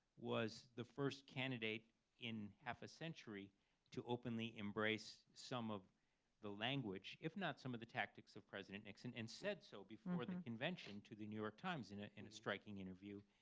was the first candidate in half a century to openly embrace some of the language, if not some of the tactics, of president nixon, and said so before the convention to the new york times in ah in a striking interview,